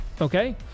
Okay